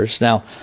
Now